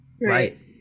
Right